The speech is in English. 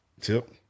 Tip